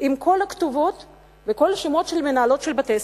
עם כל הכתובות וכל השמות של מנהלות של בתי-הספר,